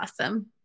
awesome